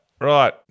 Right